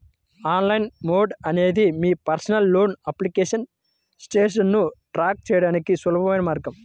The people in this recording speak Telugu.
ఆన్లైన్ మోడ్ అనేది మీ పర్సనల్ లోన్ అప్లికేషన్ స్టేటస్ను ట్రాక్ చేయడానికి సులభమైన మార్గం